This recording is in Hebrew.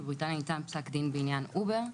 בבריטניה ניתן פסק דין בעניין אובר.